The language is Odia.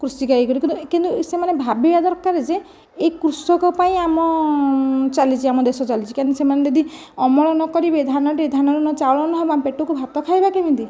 କୃଷି କରିବୁ ନାହିଁ କିନ୍ତୁ ସେମାନେ ଭାବିବା ଦରକାର ଯେ ଏହି କୃଷକ ପାଇଁ ଆମର ଚାଲିଛି ଆମ ଦେଶ ଚାଲିଛି କେମିତି ଖାଲି ଟିକିଏ ସେମାନେ ଯଦି ଅମଳ ନକରିବେ ଧାନ ଧନରୁ ଯଦି ଚାଉଳ ନହେବ ଆମେ ପେଟକୁ ଭାତ ଖାଇବା କେମିତି